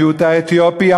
המיעוט האתיופי,